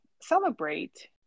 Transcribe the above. celebrate